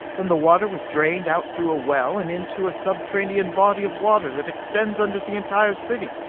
then the water was drained out through a well, and into a subterranean body of water that extends under the entire city.